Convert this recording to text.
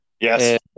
yes